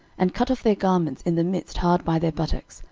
and cut off their garments in the midst hard by their buttocks,